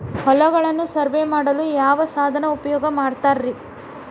ಹೊಲಗಳನ್ನು ಸರ್ವೇ ಮಾಡಲು ಯಾವ ಸಾಧನ ಉಪಯೋಗ ಮಾಡ್ತಾರ ರಿ?